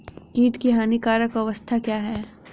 कीट की हानिकारक अवस्था क्या है?